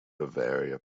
bavaria